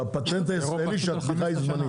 אבל הפטנט הישראלי שהתמיכה היא זמנית,